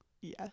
Yes